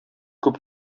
күп